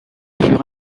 furent